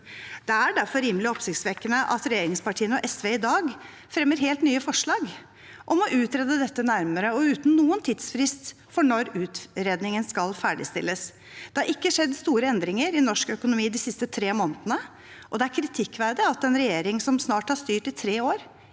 Det er derfor rimelig oppsiktsvekkende at regjeringspartiene og SV i dag fremmer helt nye forslag om å utrede dette nærmere, uten noen tidsfrist for når utredningen skal ferdigstilles. Det har ikke skjedd store endringer i norsk økonomi de siste tre månedene, og det er kritikkverdig at en regjering som snart har styrt i tre år,